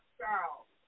Charles